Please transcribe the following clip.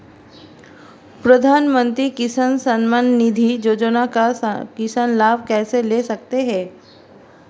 प्रधानमंत्री किसान सम्मान निधि योजना का किसान लाभ कैसे ले सकते हैं?